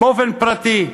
באופן פרטי,